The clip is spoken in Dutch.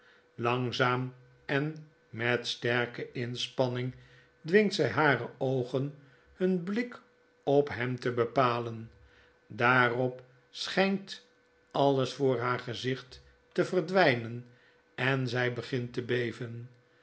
langzaam en met sterke inspanning dwingt zij hare oogen hun blik op hem te bepalen daarop schynt alles voor haar gezicht te verdwynen en zg begint te beven